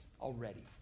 already